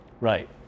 Right